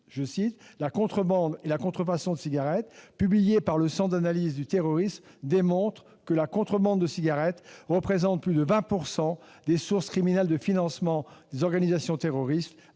le terrorisme. Le rapport de 2015 intitulé, publié par le Centre d'analyse du terrorisme, démontre que la contrebande de cigarettes représente plus de 20 % des sources criminelles de financement des organisations terroristes,